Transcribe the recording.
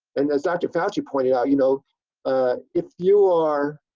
and as dr. fauci pointed out, you know ah if you are